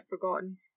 forgotten